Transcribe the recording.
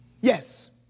Yes